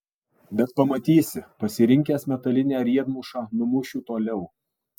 bet pamatysi pasirinkęs metalinę riedmušą numušiu toliau